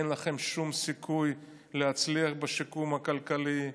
אין לכם שום סיכוי להצליח בשיקום הכלכלי,